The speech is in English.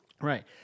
Right